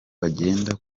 bagenda